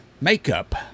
makeup